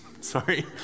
Sorry